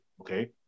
okay